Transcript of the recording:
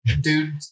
dude